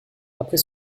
après